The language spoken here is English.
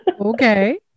okay